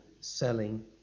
selling